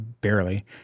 barely